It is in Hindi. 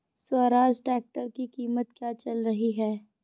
स्वराज ट्रैक्टर की कीमत क्या चल रही है?